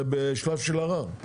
זה בשלב של ערר.